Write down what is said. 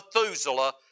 Methuselah